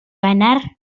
wener